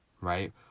right